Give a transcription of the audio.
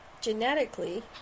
genetically